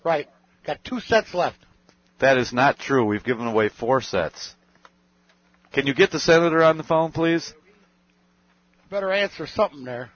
right two sets left that is not true we've given away four sets can you get the senator on the phone please better answer something there